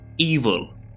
evil